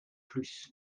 plus